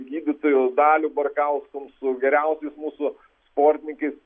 gydytoju daliu barkauskum su geriausiais mūsų sportininkais